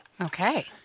okay